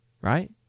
Right